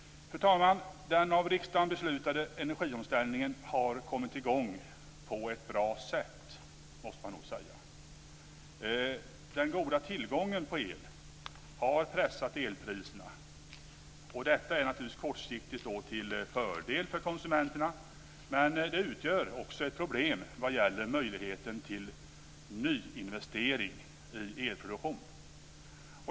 Fru talman! Den av riksdagen beslutade energiomställningen har kommit i gång på ett bra sätt, måste man nog säga. Den goda tillgången på el har pressat elpriserna, och detta är naturligtvis kortsiktigt till fördel för konsumenterna. Men det utgör också ett problem vad gäller möjligheten till nyinvestering i elproduktion.